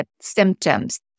symptoms